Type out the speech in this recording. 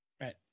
Right